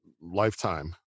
lifetime